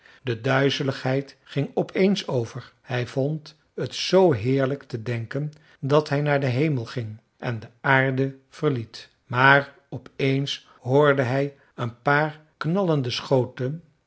de duizeligheid ging op eens over hij vond het zoo heerlijk te denken dat hij naar den hemel ging en de aarde verliet maar op eens hoorde hij een paar knallende schoten